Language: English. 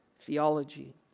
theology